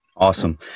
Awesome